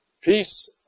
Peace